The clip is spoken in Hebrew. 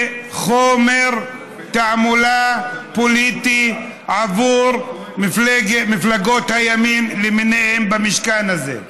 זה חומר תעמולה פוליטי עבור מפלגות הימין למיניהן במשכן הזה.